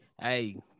Hey